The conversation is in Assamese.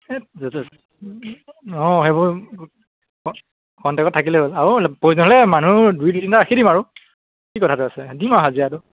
এই য'তে ত'তে অঁ সেইবোৰ কণ্টেক্টত থাকিলেই হ'ল আৰু প্ৰয়োজন হ'লে মানুহ দুই তিনিটা ৰাখি দিম আৰু কি কথাটো আছে দিম আৰু হাজিৰাটো